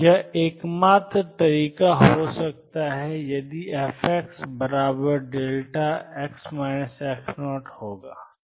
यह एकमात्र तरीका हो सकता है यदि fxδ हो